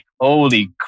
holy